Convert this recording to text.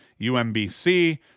UMBC